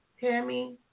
Tammy